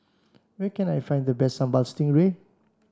where can I find the best Sambal Stingray